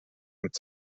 und